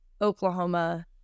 Oklahoma